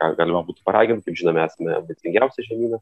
ar galima būtų paragint kaip žinome esame ambicingiausias žemynas